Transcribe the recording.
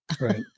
Right